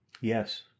Yes